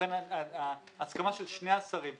לכן ההסכמה של שני השרים,